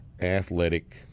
athletic